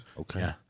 Okay